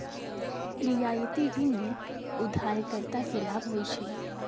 रियायती ऋण में उधारकर्ता के लाभ होइ छइ